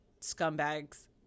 scumbags